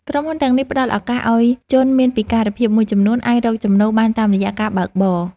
ក្រុមហ៊ុនទាំងនេះផ្ដល់ឱកាសឱ្យជនមានពិការភាពមួយចំនួន អាចរកចំណូលបានតាមរយៈការបើកបរ។